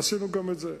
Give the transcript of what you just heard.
עשינו גם את זה.